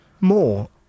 More